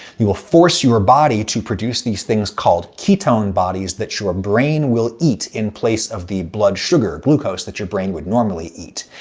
you will force your body to produce these things called ketone bodies that your brain will eat in place of the blood sugar glucose that your brain would normally eat.